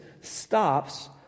stops